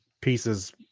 pieces